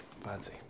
fancy